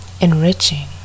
enriching